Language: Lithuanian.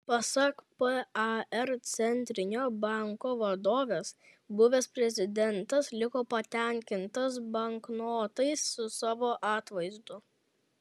pasak par centrinio banko vadovės buvęs prezidentas liko patenkintas banknotais su savo atvaizdu